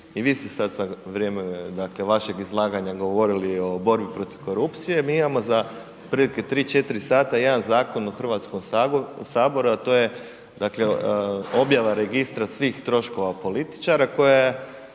i vi ste sad za vrijeme, dakle vašeg izlaganja govorili o borbi protiv korupcije. Mi imamo za otprilike 3, 4 sata jedan zakon u HS-u a to je dakle, objava registra svih troškova političara koje će